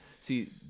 see